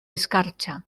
escarcha